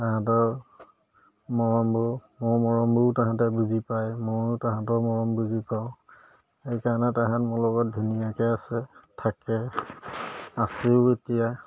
তাহাঁতৰ মৰমবোৰ মোৰ মৰমবোৰো তাহাঁতে বুজি পায় ময়ো তাহাঁতৰ মৰম বুজি পাওঁ সেইকাৰণে তাহাঁত মোৰ লগত ধুনীয়াকৈ আছে থাকে আছেও এতিয়া